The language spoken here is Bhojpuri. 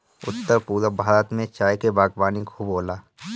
उत्तर पूरब भारत में चाय के बागवानी खूब होला